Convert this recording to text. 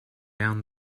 down